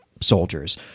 soldiers